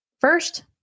First